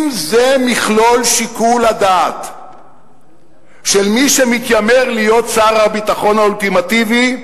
אם זה מכלול שיקול הדעת של מי שמתיימר להיות שר הביטחון האולטימטיבי,